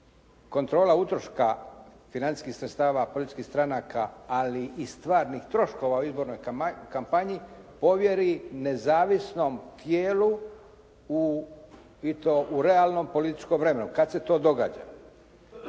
kontrola utroška financijskih sredstava političkih stranaka, ali i stvarnih troškova u izbornoj kampanji povjeri nezavisnom tijelu i to u realnom političkom vremenu kad se to događa.